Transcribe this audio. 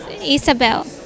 Isabel